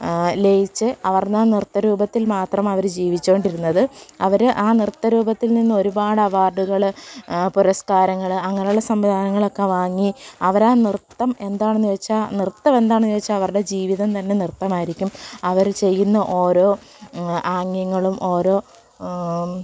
ലയിച്ച് അവരുടെ നൃത്തരൂപത്തിൽ മാത്രം അവർ ജീവിച്ചുകൊണ്ടിരുന്നത് അവർ ആ നൃത്തരൂപത്തിൽ നിന്ന് ഒരുപാട് അവാർഡുകൾ പുരസ്കാരങ്ങൾ അങ്ങനെയുള്ള സംവിധാനങ്ങളൊക്കെ വാങ്ങി അവർ ആ നൃത്തം എന്താണെന്നു ചോദിച്ചാൽ നൃത്തം എന്താണെന്നു ചോദിച്ചാൽ അവരുടെ ജീവിതം തന്നെ നൃത്തമായിരിക്കും അവർ ചെയ്യുന്ന ഓരോ ആംഗ്യങ്ങളും ഓരോ